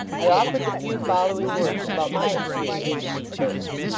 i offered the few following words about my experience of these birds.